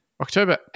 October